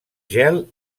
gel